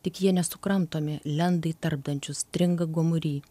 tik jie nesukramtomi lenda į tarpdančius stringa gomury